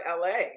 LA